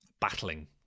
battling